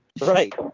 Right